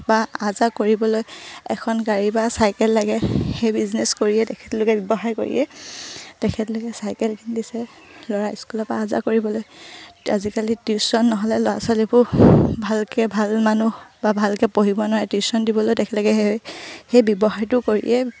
বা আহ যাহ কৰিবলৈ এখন গাড়ী বা চাইকেল লাগে সেই বিজনেছ কৰিয়ে তেখেতলোকে ব্যৱসায় কৰিয়ে তেখেতলোকে চাইকেল কিনি দিছে ল'ৰা স্কুলৰপৰা আহ যাহ কৰিবলৈ এতিয়া আজিকালি টিউশ্যন নহ'লে ল'ৰা ছোৱালীবোৰ ভালকৈ ভাল মানুহ বা ভালকৈ পঢ়িব নোৱাৰে টিউশ্যন দিবলৈ তেখেতলোকে সেই সেই ব্যৱসায়টো কৰিয়ে